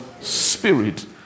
spirit